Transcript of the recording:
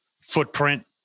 footprint